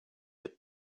had